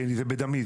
כי זה בדמי,